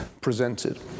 presented